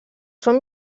són